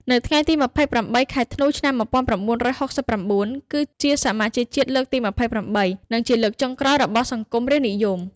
នៅថ្ងៃទី ២៨ ខែធ្នូ ឆ្នាំ ១៩៦៩ គឺជាសមាជជាតិលើកទី ២៨ និងជាលើកចុងក្រោយរបស់សង្គមរាស្ត្រនិយម។